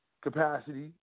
capacity